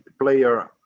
player